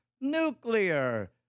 nuclear